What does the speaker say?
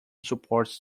supports